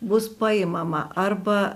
bus paimama arba